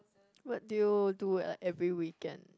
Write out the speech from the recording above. what do you do like every weekend